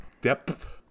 Depth